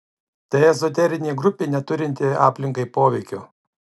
tai ezoterinė grupė neturinti aplinkai poveikio